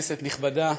כנסת נכבדה,